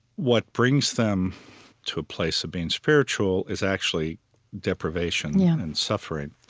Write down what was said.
what brings them to a place of being spiritual is actually deprivation yeah and suffering.